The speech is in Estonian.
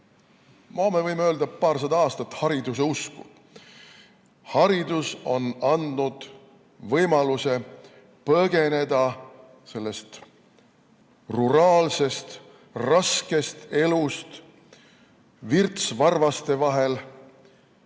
me võime öelda, paarsada aastat hariduse usku. Haridus on andnud võimaluse põgeneda sellest ruraalsest raskest elust. Virts varvaste vahel,